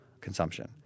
consumption